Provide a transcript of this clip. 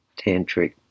tantric